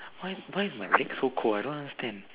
why why is my leg so cold I don't understand